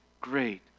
great